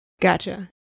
Gotcha